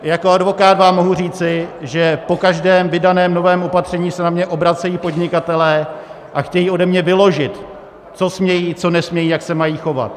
Jako advokát vám mohu říci, že po každém vydaném novém opatření se na mě obracejí podnikatelé a chtějí ode mě vyložit, co smějí, co nesmějí, jak se mají chovat.